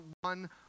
one